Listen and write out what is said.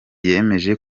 yemeje